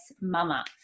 mama